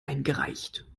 eingereicht